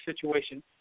situation